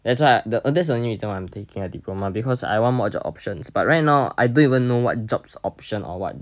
that's right th~ that's the only reason I'm taking a diploma because I want more job options but right now I don't even know what jobs option or what